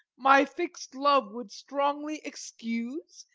my fix'd love would strongly excuse,